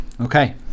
Okay